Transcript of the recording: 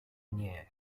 nie